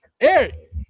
Eric